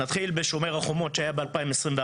נתחיל בשומר החומות שהיה ב-2021,